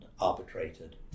arbitrated